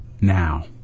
now